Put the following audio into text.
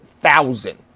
thousand